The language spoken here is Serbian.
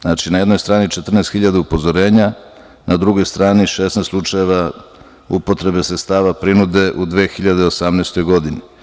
Znači, na jednoj strani 14 hiljada upozorenja, na drugoj strani 16 slučajeva upotrebe sredstava prinude u 2018. godini.